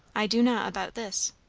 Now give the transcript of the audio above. i do not about this.